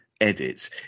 Edits